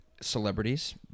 celebrities